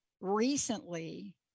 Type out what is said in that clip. recently